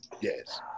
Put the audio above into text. Yes